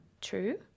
True